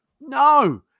No